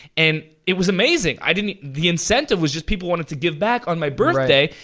and it was amazing. i didn't, the incentive was just people wanted to give back on my birthday,